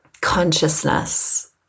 consciousness